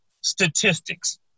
statistics